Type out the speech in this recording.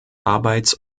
arbeits